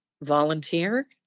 volunteer